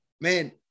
man